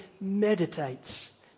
meditates